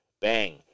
Bang